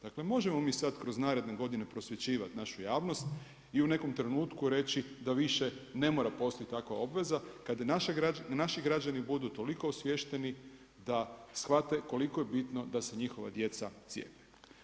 Dakle, možemo mi sad kroz narednu godinu prosvjećivati našu javnost i u nekom trenutku reći, da više ne mora postojati takva obaveza, kad naši građani budu toliko osviješteni da shvate koliko je bitno da se njihova djeca cjepe.